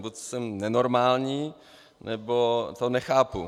Buď jsem nenormální, nebo to nechápu.